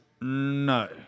No